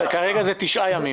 כרגע זה תשעה ימים.